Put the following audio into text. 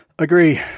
Agree